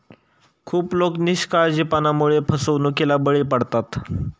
खूप लोक निष्काळजीपणामुळे फसवणुकीला बळी पडतात